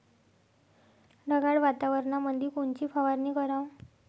ढगाळ वातावरणामंदी कोनची फवारनी कराव?